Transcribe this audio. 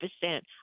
percent